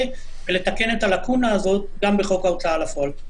ולתקן את הלקונה הזו גם בחוק ההוצאה לפועל.